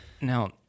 Now